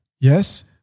Yes